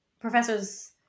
professors